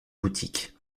boutiques